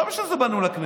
לא בשביל זה באנו לכנסת.